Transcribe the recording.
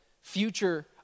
future